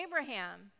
Abraham